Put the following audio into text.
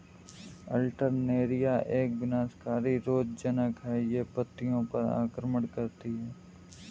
Alternaria एक विनाशकारी रोगज़नक़ है, यह पत्तियों पर आक्रमण करती है